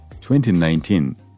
2019